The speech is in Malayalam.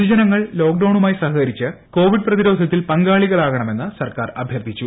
പൊതുജനങ്ങൾ ലോക്ക് ഡൌണുമായി സഹകരിച്ച് കോവിഡ് പ്രതിരോധത്തിൽ പങ്കാളികളാകണമെന്ന് സർക്കാർ അഭ്യർത്ഥിച്ചു